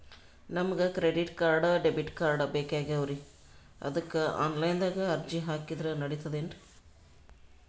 ನಮಗ credit card, debit card ಬೇಕಾಗ್ಯಾವ್ರೀ ಅದಕ್ಕ ಆನಲೈನದಾಗ ಅರ್ಜಿ ಹಾಕಿದ್ರ ನಡಿತದೇನ್ರಿ?